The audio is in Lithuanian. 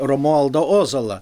romualdą ozolą